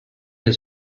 his